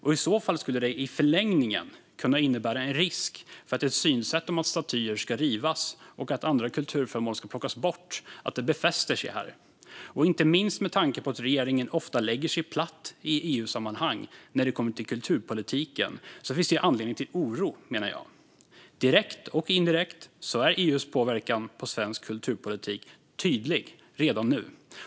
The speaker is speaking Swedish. I så fall skulle det i förlängningen kunna innebära en risk för att synsättet att statyer ska rivas och andra kulturföremål plockas bort befästs här. Inte minst med tanke på att regeringen ofta lägger sig platt i EU-sammanhang när det kommer till kulturpolitiken finns det anledning till oro, menar jag. Direkt och indirekt är EU:s påverkan på svensk kulturpolitik tydlig redan nu.